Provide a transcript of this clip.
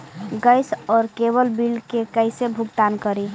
Gas और cable bill के कैसे भुगतान करी?